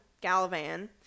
Galvan